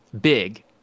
big